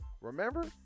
Remember